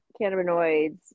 cannabinoids